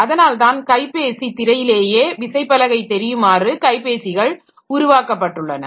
அதனால்தான் கைப்பேசி திரையிலேயே விசைப்பலகை தெரியுமாறு கைப்பேசிகள் உருவாக்கப்பட்டுள்ளன